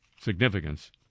significance